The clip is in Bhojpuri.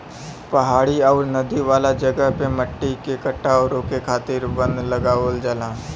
पहाड़ी आउर नदी वाला जगह पे मट्टी के कटाव रोके खातिर वन लगावल जाला